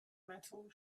metal